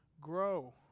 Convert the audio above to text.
grow